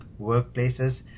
workplaces